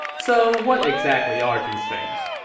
so, what exactly are these things?